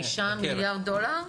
5 מיליארד דולר?